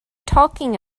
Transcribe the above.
talking